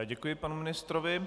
Děkuji panu ministrovi.